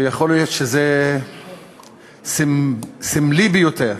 ויכול להיות שזה סמלי ביותר